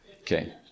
Okay